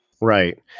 Right